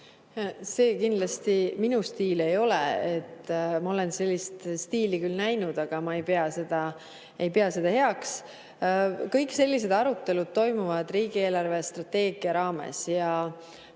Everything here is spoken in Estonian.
See kindlasti minu stiil ei ole. Ma olen sellist stiili küll näinud, aga ma ei pea seda heaks. Kõik sellised arutelud toimuvad riigi eelarvestrateegia [arutelu]